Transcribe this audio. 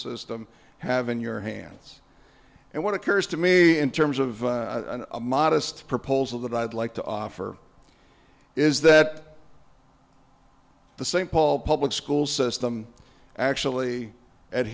system have in your hands and what occurs to me in terms of a modest proposal that i'd like to offer is that the st paul public school system actually a